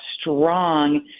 strong